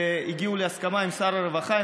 והן הגיעו להסכמה עם שר הרווחה.